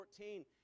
14